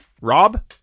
Rob